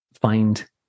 find